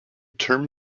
term